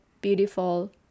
beautiful